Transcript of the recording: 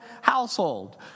household